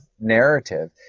narrative